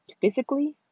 physically